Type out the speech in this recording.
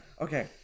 Okay